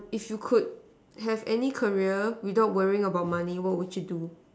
if you could have any career without worrying about money what would you do